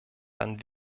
dann